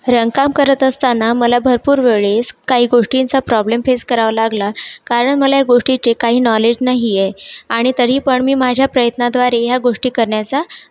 रंकाम करत असताना मला भरपूर वेळेस काही गोष्टींचा प्रॉब्लेम फेस करावा लागला कारण मला या गोष्टीचे काही नॉलेज नाही आहे आणि तरी पण मी माझ्या प्रयत्नाद्वारे ह्या गोष्टी करण्याचा